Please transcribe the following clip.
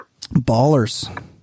Ballers